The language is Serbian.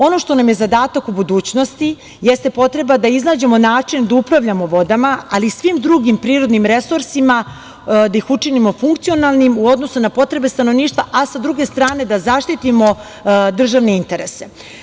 Ono što nam je zadatak u budućnosti jeste potreba da iznađemo način da upravljamo vodama, ali i svim drugim prirodnim resursima, da ih učinimo funkcionalnim u odnosu na potrebe stanovništva, a sa druge strane da zaštitimo državne interese.